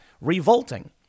revolting